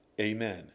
Amen